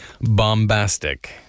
Bombastic